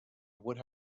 would